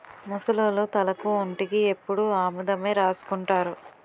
ముసలోళ్లు తలకు ఒంటికి ఎప్పుడు ఆముదమే రాసుకుంటారు